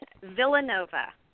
Villanova